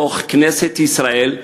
בתוך כנסת ישראל,